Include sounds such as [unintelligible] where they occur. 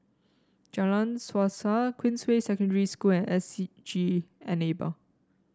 Jalan Suasa Queensway Secondary School and S [unintelligible] G Enable